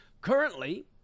Currently